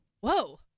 Whoa